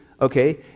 okay